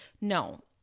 no